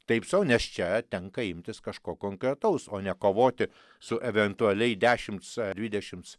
taip sau nes čia tenka imtis kažko konkretaus o nekovoti su eventualiai dešimts dvidešimts